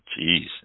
Jeez